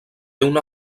una